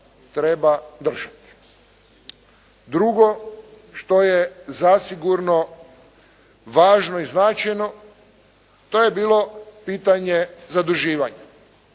Drugo što je zasigurno važno i značajno, to je bilo pitanje zaduživanja